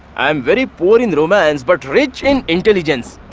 i'm very poor in romance but rich in intelligence.